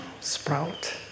sprout